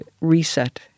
reset